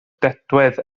dedwydd